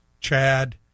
Chad